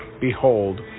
behold